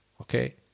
Okay